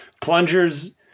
Plungers